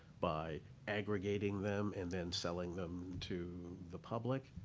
by aggregating them and then selling them to the public